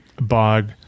bog